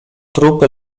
trupy